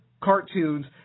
cartoons